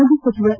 ಮಾಜಿ ಸಚಿವ ಎ